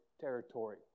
territory